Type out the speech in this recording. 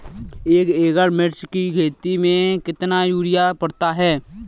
एक एकड़ मिर्च की खेती में कितना यूरिया पड़ता है?